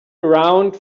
around